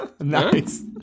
Nice